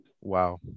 Wow